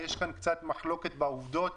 יש כאן קצת מחלוקת בעובדות.